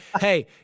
hey